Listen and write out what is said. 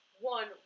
one